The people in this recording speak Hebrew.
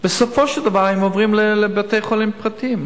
בסופו של דבר הם עוברים לבתי-חולים פרטיים.